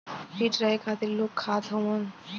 feet रहे खातिर लोग खात हउअन